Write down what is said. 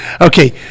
Okay